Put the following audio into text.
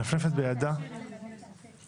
יהיה יותר מעניין פשוט.